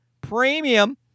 premium